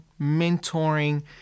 mentoring